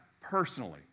personally